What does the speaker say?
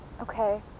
Okay